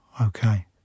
Okay